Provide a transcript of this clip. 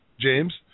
James